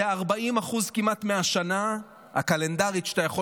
זה כמעט 40% מהשנה הקלנדרית שאתה יכול